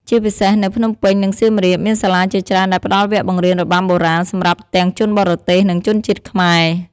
ជាពិសេសនៅ ភ្នំពេញ និងសៀមរាប មានសាលាជាច្រើនដែលផ្ដល់វគ្គបង្រៀនរបាំបុរាណសម្រាប់ទាំងជនបរទេស និងជនជាតិខ្មែរ។